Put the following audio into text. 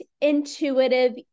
intuitive